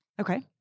Okay